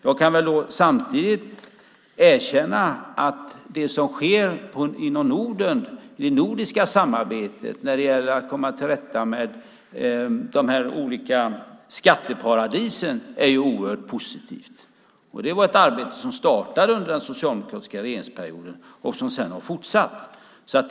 Jag kan samtidigt erkänna att det som sker inom Norden, det nordiska samarbetet när det gäller att komma till rätta med de olika skatteparadisen, är oerhört positivt. Det var ett arbete som startade under den socialdemokratiska regeringsperioden och som sedan har fortsatt.